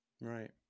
Right